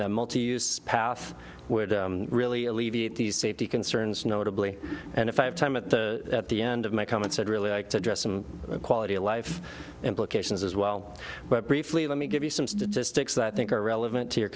the multi use path would really alleviate these safety concerns notably and if i have time at the at the end of my comments i'd really like to address some quality of life implications as well but briefly let me give you some statistics that i think are relevant to your